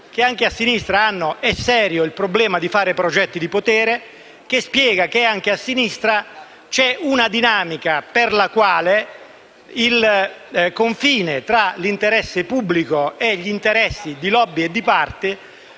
che anche a sinistra è serio il problema di far progetti di potere, che anche a sinistra c'è una dinamica per cui il confine tra l'interesse pubblico e quello di *lobby* e di parte